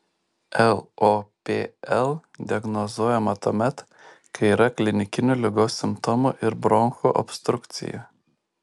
lopl diagnozuojama tuomet kai yra klinikinių ligos simptomų ir bronchų obstrukcija